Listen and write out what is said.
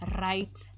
right